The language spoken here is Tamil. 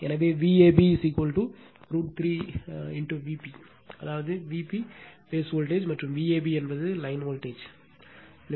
எனவே Vab root 3 in to Vp அதாவது Vp பேஸ் வோல்ட்டேஜ்மற்றும் Vab என்பது லைன் வோல்ட்டேஜ்மாகும்